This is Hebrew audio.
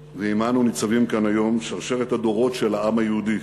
ועמנו ניצבים כאן היום שרשרת הדורות של העם היהודי,